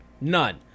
none